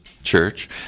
church